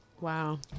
Wow